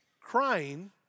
crying